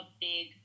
big